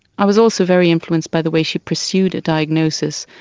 i was also very influenced by the way she pursued a diagnosis.